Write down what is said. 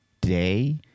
day